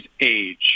age